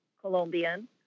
Colombian